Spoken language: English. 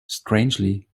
strangely